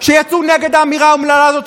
שיצא נגד האמירה האומללה הזאת,